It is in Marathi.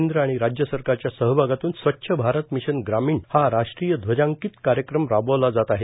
केंद्र आणि राज्य सरकारच्या सहभागातून स्वच्छ भारत मिशन ग्रामीण हा राष्ट्रीय ध्वजांकित कार्यक्रम राबवला जात आहे